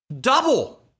double